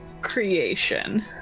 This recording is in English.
creation